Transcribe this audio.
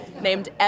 named